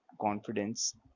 confidence